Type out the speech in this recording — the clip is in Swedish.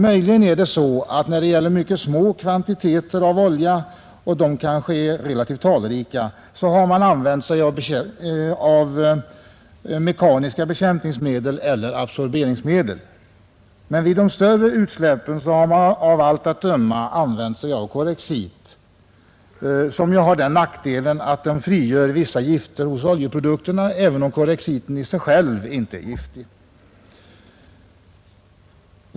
Möjligen är det så att man vid mycket små men talrika oljeförekomster har använt sig av mekaniska bekämpningsmedel eller absorberingsmedel, men vid de större utsläppen har man av allt att döma använt sig av Corexit, som ju har den nackdelen att det frigör vissa gifter hos oljeprodukterna, även om Corexit i sig självt inte är giftigt.